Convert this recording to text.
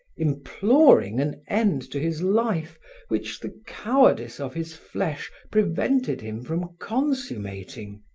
imploring an end to his life which the cowardice of his flesh prevented him from consummating.